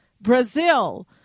Brazil